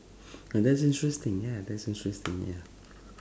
ah that's interesting ya that's interesting yeah